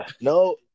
No